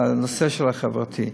בנושא החברתי,